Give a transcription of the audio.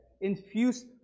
Infuse